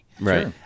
Right